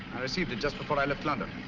i received it just before i left london.